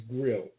grill